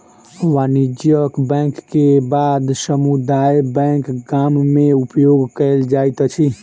वाणिज्यक बैंक के बाद समुदाय बैंक गाम में उपयोग कयल जाइत अछि